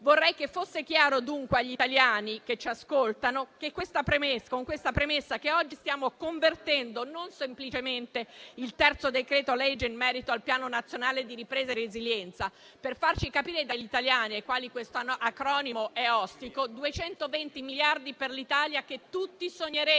Vorrei che fosse chiaro dunque agli italiani che ci ascoltano, con questa premessa, che oggi stiamo convertendo non semplicemente il terzo decreto-legge in merito al Piano nazionale di ripresa e resilienza. Per farci capire dagli italiani, ai quali questo acronimo è ostico, si tratta di 220 miliardi per l'Italia che tutti sogneremmo,